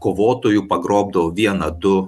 kovotojų pagrobdavo vieną du